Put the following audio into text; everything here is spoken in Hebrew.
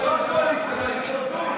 זה לא הקואליציה, זה ההישרדות.